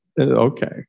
okay